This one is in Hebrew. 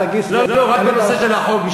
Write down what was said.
אתה תגיש, רק משפט אחד בנושא החוק.